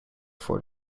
for